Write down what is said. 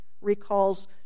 recalls